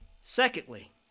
Secondly